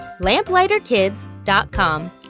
LamplighterKids.com